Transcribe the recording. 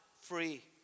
free